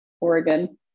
Oregon